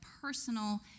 personal